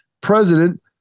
president